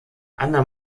anna